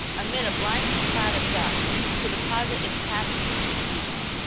amid a blinding cloud of dust, to deposit its passengers at the depot.